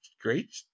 great